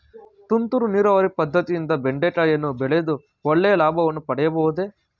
ತುಂತುರು ನೀರಾವರಿ ಪದ್ದತಿಯಿಂದ ಬೆಂಡೆಕಾಯಿಯನ್ನು ಬೆಳೆದು ಒಳ್ಳೆಯ ಲಾಭವನ್ನು ಪಡೆಯಬಹುದೇ?